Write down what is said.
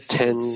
ten